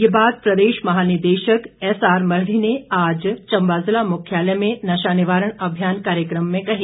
यह बात प्रदेश महानिदेशक एसआर मरडी ने आज चम्बा जिला मुख्यालय में नशा निवारण अभियान कार्यक्रम में कही